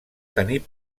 tenir